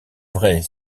vraie